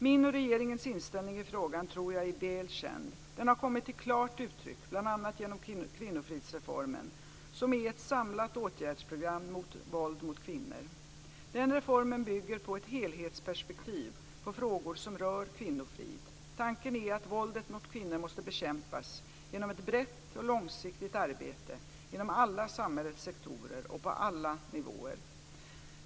Min och regeringens inställning i frågan tror jag är väl känd. Den har kommit till klart uttryck bl.a. genom kvinnofridsreformen, som är ett samlat åtgärdsprogram mot våld mot kvinnor. Den reformen bygger på ett helhetsperspektiv på frågor som rör kvinnofrid. Tanken är att våldet mot kvinnor måste bekämpas genom ett brett och långsiktigt arbete inom alla samhällets sektorer och på alla nivåer.